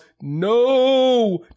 No